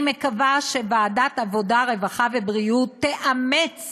אני מקווה שוועדת העבודה, הרווחה והבריאות תאמץ